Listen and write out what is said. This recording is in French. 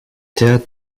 théâtre